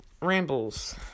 rambles